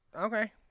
Okay